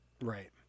Right